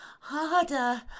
Harder